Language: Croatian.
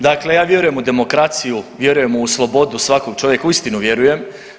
Dakle ja vjerujem u demokraciju, vjerujem u slobodu svakog čovjeka, uistinu vjerujem.